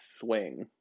swing